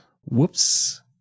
whoops